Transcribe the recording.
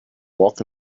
walk